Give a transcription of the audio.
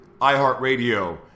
iHeartRadio